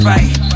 Right